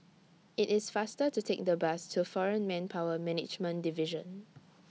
IT IS faster to Take The Bus to Foreign Manpower Management Division